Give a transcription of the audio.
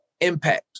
impact